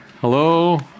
Hello